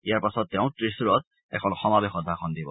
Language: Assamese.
ইয়াক পাছত তেওঁ ত্ৰিশূৰত এখন সমাৱেশত ভাষণ দিব